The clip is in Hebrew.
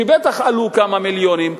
שבטח עלו כמה מיליונים,